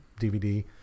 DVD